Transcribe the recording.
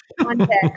context